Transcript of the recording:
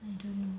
I don't know